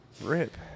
rip